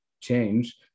change